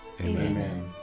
Amen